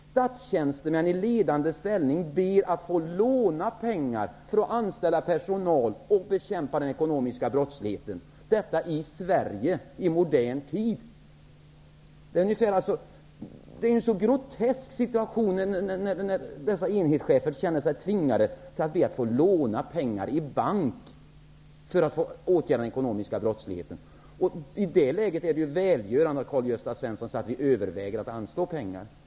Statstjänstemän i ledande ställning ber att få låna pengar för att anställa personal som skall bekämpa den ekonomiska brottsligheten. Detta är Sverige i modern tid. Situationen är så grotesk när dessa enhetschefer känner sig tvingade att be om att få låna pengar i bank för att åtgärda den ekonomiska brottsligheten. I det läget är det välgörande att Karl-Gösta Svenson säger att man överväger att anslå pengar.